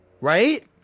Right